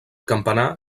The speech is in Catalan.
campanar